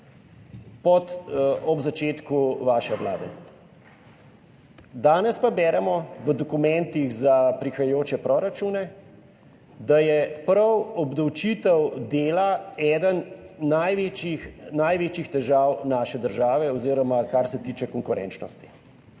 pod ob začetku vaše vlade? Danes pa beremo v dokumentih za prihajajoče proračune, da je prav obdavčitev dela eden največjih težav naše države oziroma kar se tiče konkurenčnosti.